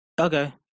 Okay